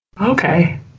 okay